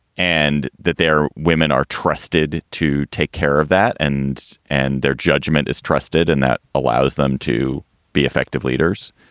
and that their women are trusted to take care of that. and and their judgment is trusted, and that allows them to be effective leaders.